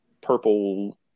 purple